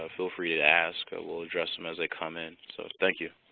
ah feel free to ask. ah we'll address them as they come in. so thank you.